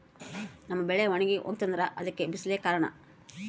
ನಮ್ಮ ಬೆಳೆ ಒಣಗಿ ಹೋಗ್ತಿದ್ರ ಅದ್ಕೆ ಬಿಸಿಲೆ ಕಾರಣನ?